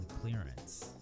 clearance